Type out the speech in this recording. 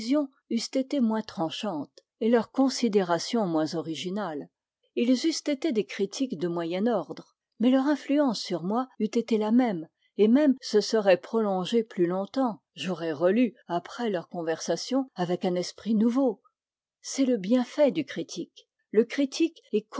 eussent été moins tranchantes et leurs considérations moins originales ils eussent été des critiques de moyen ordre mais leur influence sur moi eût été la même et même se serait prolongée plus longtemps j'aurais relu après leurs conversations avec un esprit nouveau c'est le bienfait du critique le critique est